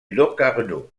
locarno